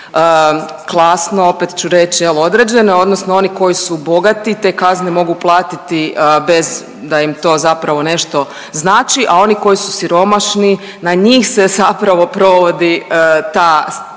klasno opet ću reći jel određene odnosno oni koji su bogati te kazne mogu platiti bez da im to nešto zapravo nešto znači, a oni koji su siromašni na njih se zapravo provodi ta